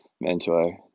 mentor